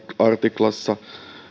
artiklassa